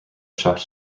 shocked